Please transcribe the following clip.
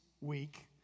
week